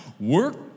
Work